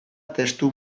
testu